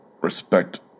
respect